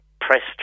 pressed